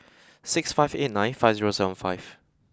six five eight nine five zero seven five